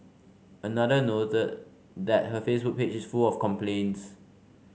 another noted that her Facebook page is full of complaints